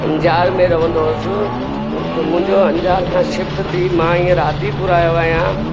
अंजार में रहंदो हुयुसि त मुंहिंजो अंजार खां शिफ़्ट थी मां हीअंर आदिपुर आयो आहियां